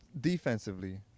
Defensively